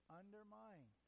undermine